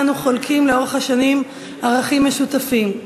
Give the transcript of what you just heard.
שעמה אנחנו חולקים לאורך השנים ערכים משותפים,